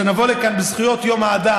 כשנבוא לכאן ביום זכויות האדם,